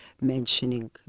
mentioning